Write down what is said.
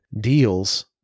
deals